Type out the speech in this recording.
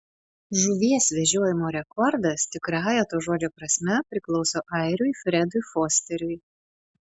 žuvies vežiojimo rekordas tikrąja to žodžio prasme priklauso airiui fredui fosteriui